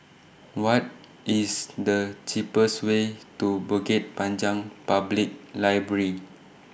What IS The cheapest Way to Bukit Panjang Public Library